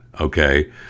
okay